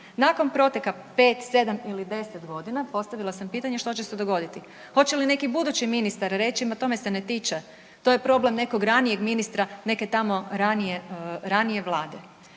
Nakon proteka 5, 7 ili 10 godina postavila sam pitanje što će se dogoditi, hoće li neki budući ministar reći ma to me se ne tiče, to je problem nekog ranijeg ministra, neke tamo ranije vlade.